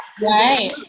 Right